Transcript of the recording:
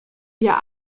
wir